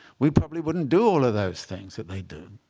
we probably wouldn't do all of those things that they do.